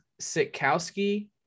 Sikowski